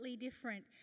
different